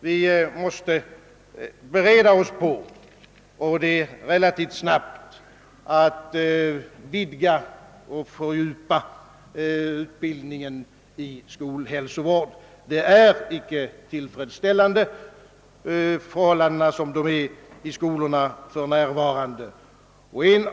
Vi måste vara beredda — och det relativt snabbt — på att vidga och fördjupa utbildningen i skolhälsovård. Förhållandena vid skolorna är icke tillfredsställande som de är.